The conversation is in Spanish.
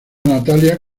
natalia